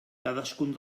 cadascun